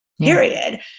period